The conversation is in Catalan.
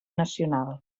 nacional